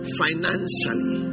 financially